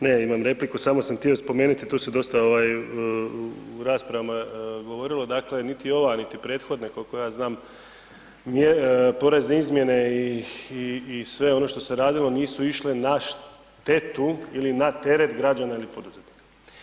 Ne imam repliku, samo sam htio spomenuti tu su dosta u raspravama govorilo dakle niti ova niti prethodne koliko ja znam porezne izmjene i sve ono što se radilo nisu išle na štetu ili na teret građana ili poduzetnika.